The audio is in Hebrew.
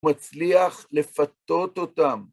מצליח לפתות אותם.